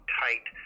tight